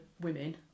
women